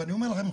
ואני אומר לכם,